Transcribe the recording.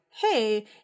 hey